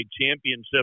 championship